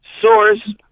source